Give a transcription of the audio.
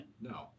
No